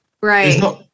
Right